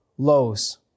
lows